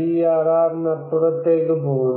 ഡിആർആറിനപ്പുറത്തേക്ക് പോകുന്നു